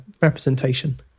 representation